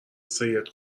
سید